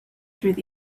through